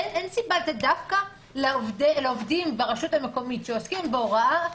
אין סיבה להחריג דווקא את העובדים ברשות המקומית שעוסקים בהוראה.